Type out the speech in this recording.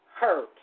hurt